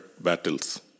battles